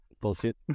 bullshit